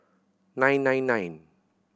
nine nine nine